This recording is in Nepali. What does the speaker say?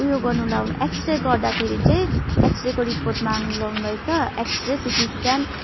उयो गर्नु लगाउनु एक्सरे गर्दाखेरि चाहिँ एक्सरेको रिपोर्ट माग्नु लाग्नुभएछ एक्सरे सिटी स्क्यान